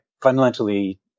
fundamentally